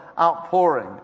outpouring